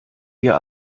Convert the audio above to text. wir